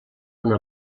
una